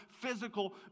physical